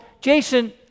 Jason